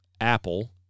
Apple